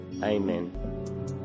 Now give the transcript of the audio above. Amen